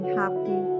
happy